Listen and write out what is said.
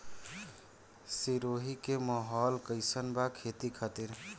सिरोही के माहौल कईसन बा खेती खातिर?